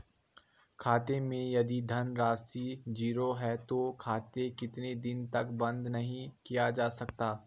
खाते मैं यदि धन राशि ज़ीरो है तो खाता कितने दिन तक बंद नहीं किया जा सकता?